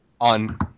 on